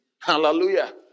Hallelujah